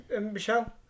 Michelle